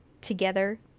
together